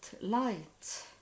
light